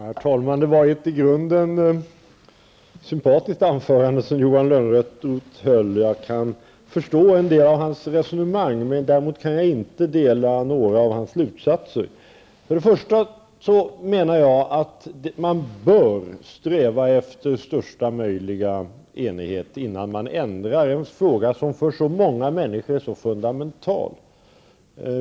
Herr talman! Det var ett i grunden sympatiskt anförande som Johan Lönnroth höll. Jag kan förstå en del av hans resonemang. Däremot kanjag inte dela några av hans slutsatser. Jag menar att man bör sträva efter största möjliga enighet innan man ändrar i en fråga som för så många människor är så fundamental.